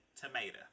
tomato